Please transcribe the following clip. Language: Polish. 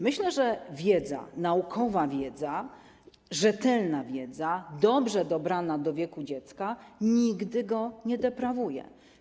Myślę, że wiedza, naukowa wiedza, rzetelna wiedza dobrze dobrana do wieku dziecka nigdy go nie deprawuje.